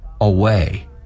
away